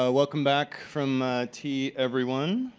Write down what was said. ah welcome back from tee. everyone.